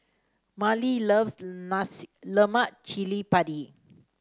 Marlys loves Lemak Cili Padi